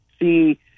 see